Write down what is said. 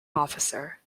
officer